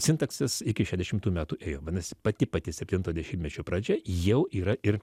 sintaksis iki šešiasdešimtų metų ėjo vadinasi pati pati septinto dešimtmečio pradžia jau yra ir